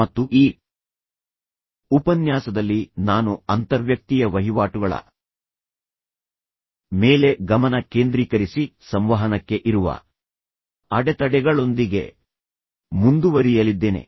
ಮತ್ತು ಈ ಉಪನ್ಯಾಸದಲ್ಲಿ ನಾನು ಅಂತರ್ವ್ಯಕ್ತೀಯ ವಹಿವಾಟುಗಳ ಮೇಲೆ ಗಮನ ಕೇಂದ್ರೀಕರಿಸಿ ಸಂವಹನಕ್ಕೆ ಇರುವ ಅಡೆತಡೆಗಳೊಂದಿಗೆ ಮುಂದುವರಿಯಲಿದ್ದೇನೆ